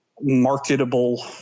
marketable